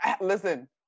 Listen